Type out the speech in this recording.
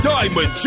Diamond